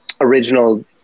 original